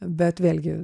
bet vėlgi